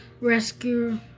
rescue